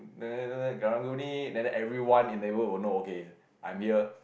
then after that karang-guni and everyone in they would know okay I am here